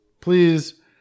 please